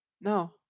no